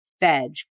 Veg